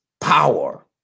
power